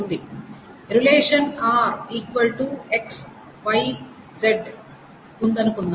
relation R X Y Z ఉందని అనుకుందాం